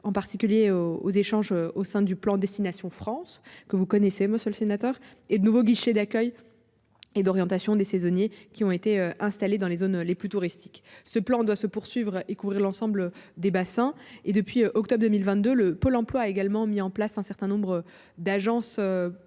en particulier aux échanges au sein du plan destination France que vous connaissez, monsieur le sénateur, et de nouveau guichet d'accueil. Et d'orientation des saisonniers qui ont été installés dans les zones les plus touristiques. Ce plan doit se poursuivre et couvrir l'ensemble des bassins et depuis octobre 2022, le pôle emploi a également mis en place un certain nombre d'agences de viviers